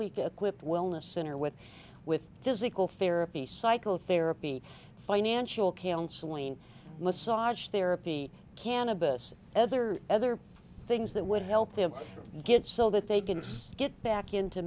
week equipped wellness center with with physical therapy cycle therapy financial counseling massage therapy cannabis other other things that would help them get so that they can see get back into